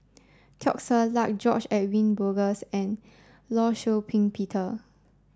Teo Ser Luck George Edwin Bogaars and Law Shau Ping Peter